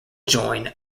join